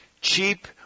cheap